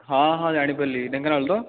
ହଁ ହଁ ଜାଣିପାରିଲି ଢେଙ୍କାନାଳରୁ ତ